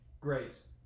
grace